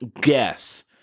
guess